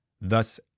Thus